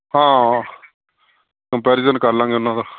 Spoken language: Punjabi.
ਹਾਂ ਕੰਪੈਰੀਜ਼ਨ ਕਰ ਲਵਾਂਗੇ ਉਹਨਾਂ ਦਾ